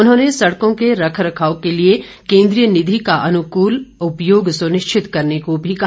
उन्होंने सड़कों के रखरखाव के लिए केन्द्रीय निधि का अनुकूल उपयोग सुनिश्चित करने को भी कहा